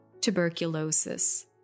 tuberculosis